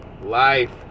life